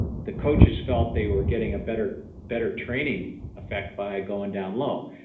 the coaches felt they were getting a better better training effect by going down low.